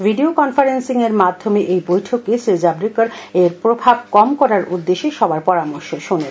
video conferencing এর মাধ্যমে এই বৈঠকে শ্রী জাভরেকর এই প্রভাব কম করার উদ্দেশ্যে সবার পরামর্শ শোনেন